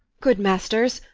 good masters,